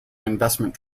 investment